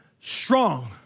strong